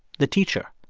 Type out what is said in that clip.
the teacher.